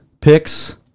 picks